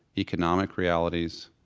economic realities,